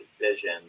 Vision